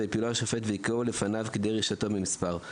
והפילו השופט והכהו לפניו כדי רשעתו במספר.